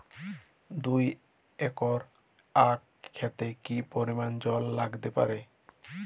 দুই একর আক ক্ষেতে কি পরিমান জল লাগতে পারে?